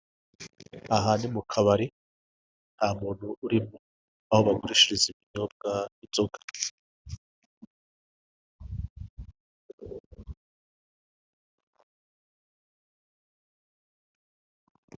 Aha ni mukabari, nta muntu urimo, aho bagurishiriza ibinyobwa, inzoga.